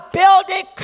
building